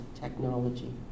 technology